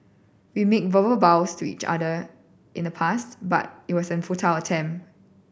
we made verbal vows to each other in the past but it was a futile attempt